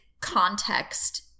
context